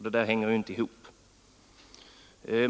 — Det där hänger inte ihop!